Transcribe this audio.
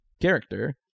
character